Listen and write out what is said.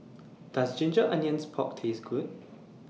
Does Ginger Onions Pork Taste Good